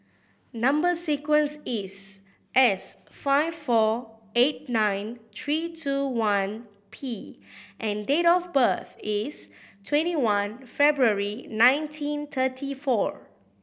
number sequence is S five four eight nine three two one P and date of birth is twenty one February nineteen thirty four